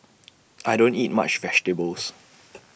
I don't eat much vegetables